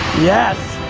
yes.